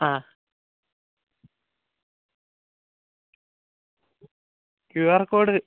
ആ Q R code